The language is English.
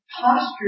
posture